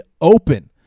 open